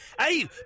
Hey